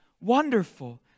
wonderful